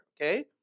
okay